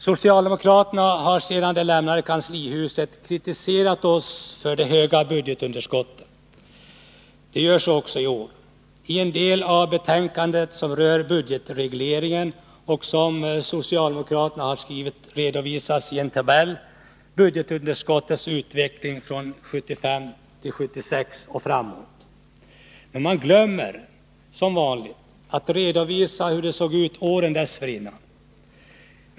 Socialdemokraterna har sedan de lämnade kanslihuset kritiserat oss för de höga budgetunderskotten. Detta görs också i år. I den del av betänkandet som rör budgetregleringen och som socialdemokraterna har skrivit redovisas ien tabell budgetunderskottets utveckling från 1975/76 och framåt. Men man glömmer som vanligt att redovisa hur det såg ut åren dessförinnan.